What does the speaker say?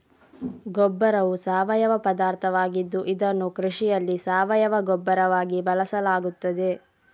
ಗೊಬ್ಬರವು ಸಾವಯವ ಪದಾರ್ಥವಾಗಿದ್ದು ಇದನ್ನು ಕೃಷಿಯಲ್ಲಿ ಸಾವಯವ ಗೊಬ್ಬರವಾಗಿ ಬಳಸಲಾಗುತ್ತದೆ